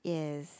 yes